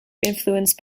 influenced